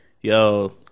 Yo